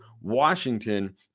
Washington